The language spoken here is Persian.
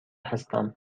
هستم